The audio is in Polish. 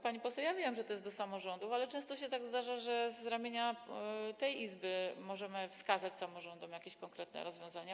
Pani poseł, ja wiem, że to jest do samorządów, ale często się tak zdarza, że z ramienia tej Izby możemy ustawą wskazać samorządom jakieś konkretne rozwiązania.